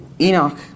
Enoch